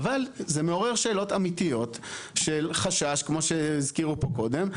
אבל זה מעורר שאלות אמיתיות של חשש כמו שהזכירו פה קודם,